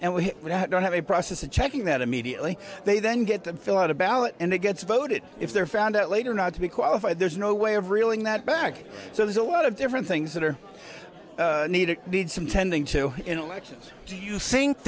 and we don't have a process of checking that immediately they then get to fill out a ballot and it gets voted if they're found out later not to be qualified there's no way of reeling that back so there's a lot of different things that are needed some tending to in elections do you think